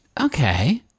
Okay